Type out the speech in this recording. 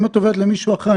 אם את עוברת למישהו אחר,